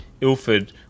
Ilford